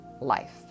life